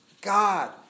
God